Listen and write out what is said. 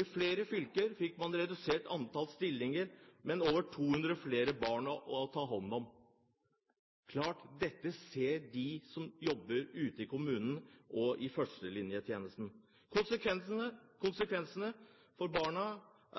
I flere fylker fikk man redusert antall stillinger, men over 200 flere barn å ta hånd om. Det er klart at dette ser de som jobber ute i kommunene og i førstelinjetjenesten. Konsekvensene for barna